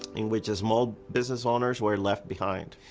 in which small business owners were left behind.